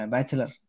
Bachelor